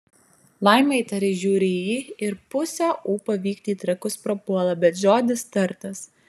laima įtariai žiūri į jį ir pusė ūpo vykti į trakus prapuola bet žodis tartas